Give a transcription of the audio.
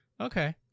Okay